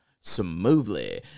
smoothly